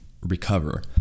recover